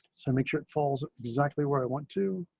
so make sure it falls exactly where i want to